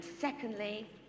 secondly